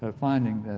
ah finding